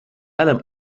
ألم